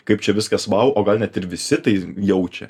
kaip čia viskas vau o gal net ir visi tai jaučia